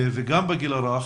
וגם בגיל הרך,